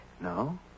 No